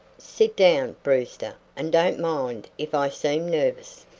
sit down, brewster, and don't mind if i seem nervous.